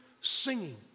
singing